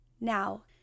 Now